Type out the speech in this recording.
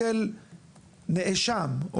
אצל נאשם,